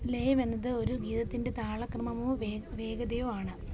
ലയം എന്നത് ഒരു ഗീതത്തിൻ്റെ താളക്രമമോ വേഗ വേഗതയോ ആണ്